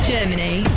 Germany